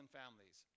families